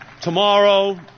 Tomorrow